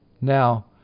Now